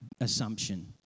assumption